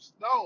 No